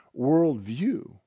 worldview